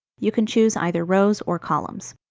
you can choose either rows or columns.